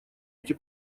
эти